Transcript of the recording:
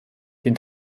den